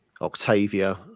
Octavia